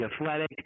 athletic